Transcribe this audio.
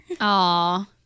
Aw